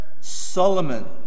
Solomon